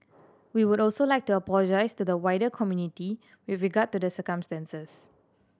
we would also like to apologise to the wider community with regard to the circumstances